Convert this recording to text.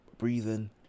breathing